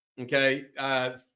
Okay